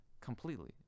completely